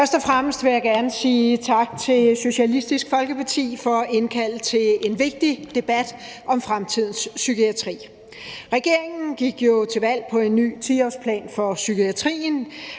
Først og fremmest vil jeg gerne sige tak til Socialistisk Folkeparti for at indkalde til en vigtig debat om fremtidens psykiatri. Regeringen gik jo til valg på en ny 10-årsplan for psykiatrien,